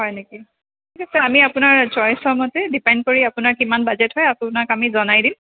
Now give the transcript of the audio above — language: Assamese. হয় নেকি ঠিক আছে আমি আপোনাৰ চইচৰ মতে ডিপেণ্ড কৰি আপোনাৰ কিমান বাজেট হয় আপোনাক আমি জনাই দিম